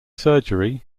surgery